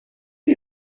are